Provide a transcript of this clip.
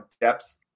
depth